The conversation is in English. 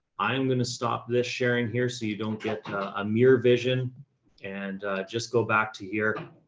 i'm going to stop this sharing here. so you don't get a mere vision and just go back to here.